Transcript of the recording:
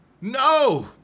No